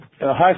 Hi